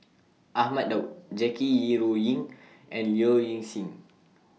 Ahmad Daud Jackie Yi Ru Ying and Low Ing Sing